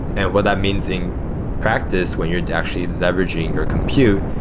and what that means in practice when you're actually leveraging your compute,